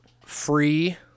free